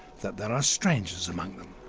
that there are strangers among them?